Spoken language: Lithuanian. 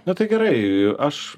nu tai gerai aš